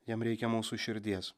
jam reikia mūsų širdies